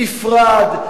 נפרד,